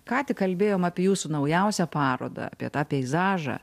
ką tik kalbėjom apie jūsų naujausią parodą apie tą peizažą